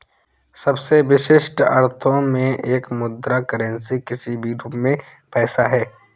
सबसे विशिष्ट अर्थों में एक मुद्रा करेंसी किसी भी रूप में पैसा है